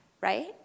right